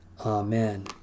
Amen